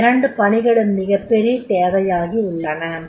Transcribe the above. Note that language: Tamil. இவ்விரண்டு பணிகளும் மிகப் பெரிய தேவையாகியுள்ளன